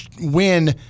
win